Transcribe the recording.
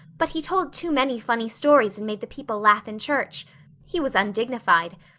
but he told too many funny stories and made the people laugh in church he was undignified,